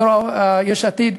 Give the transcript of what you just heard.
יו"ר יש עתיד,